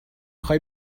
خوای